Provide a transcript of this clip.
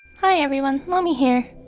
hi everyone! lomi here.